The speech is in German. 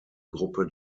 gruppe